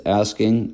asking